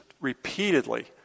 repeatedly